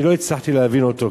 אני לא הצלחתי להבין אותו,